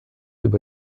über